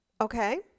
Okay